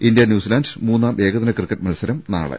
India New Zealand മൂന്നാം ഏകദിന cricket മത്സരം നാളെ